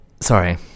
Sorry